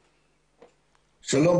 שלום,